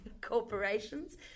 corporations